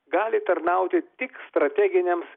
gali tarnauti tik strateginiams